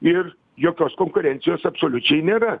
ir jokios konkurencijos absoliučiai nėra